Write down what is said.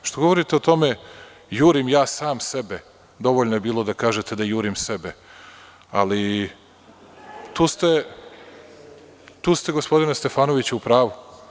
Pošto govorite o tome - jurim ja sam sebe, dovoljno je bilo da kažete da jurim sebe, ali tu ste, gospodine Stefanoviću, u pravu.